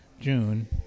June